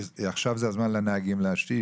עכשיו זה הזמן של הנהגים להשיב.